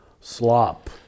slop